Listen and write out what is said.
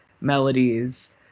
melodies